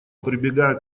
прибегая